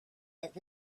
but